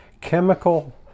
chemical